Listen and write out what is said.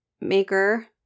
maker